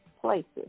places